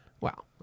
Wow